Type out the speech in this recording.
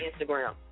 Instagram